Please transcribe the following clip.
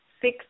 six